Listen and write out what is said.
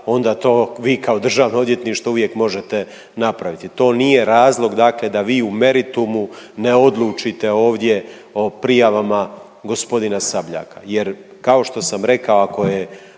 onda to vi kao državno odvjetništvo uvijek možete napraviti, to nije razlog dakle da vi u meritumu ne odlučite ovdje o prijavama g. Sabljaka